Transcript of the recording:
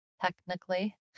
Technically